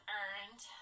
earned